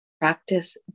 practice